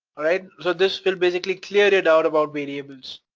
alright? so this will basically clear the doubt about variables.